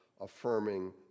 affirming